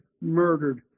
murdered